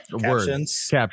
Captions